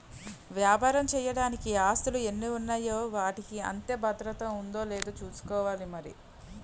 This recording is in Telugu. వ్యాపారం చెయ్యడానికి ఆస్తులు ఎన్ని ఉన్నాయో వాటికి అంతే భద్రత ఉందో లేదో చూసుకోవాలి మరి